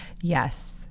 Yes